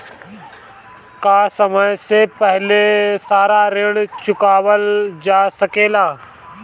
का समय से पहले सारा ऋण चुकावल जा सकेला?